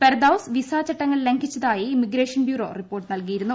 Ferdous visa ചട്ടങ്ങൾ ലംഘിച്ചതായി immigration bureau report നൽകിയിരുന്നു